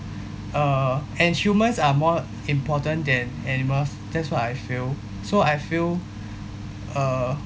uh and humans are more important than animals that's what I feel so I feel uh